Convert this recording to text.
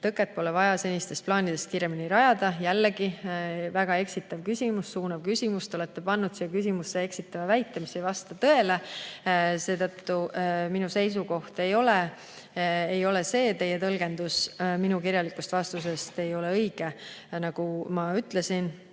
tõket pole vaja senistest plaanidest kiiremini rajada? Jällegi väga eksitav küsimus, suunav küsimus. Te olete pannud siia küsimusse eksitava väite, mis ei vasta tõele. Minu seisukoht ei ole see, teie tõlgendus minu kirjalikust vastusest ei ole õige. Nagu ma ütlesin,